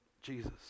Jesus